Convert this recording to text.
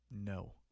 No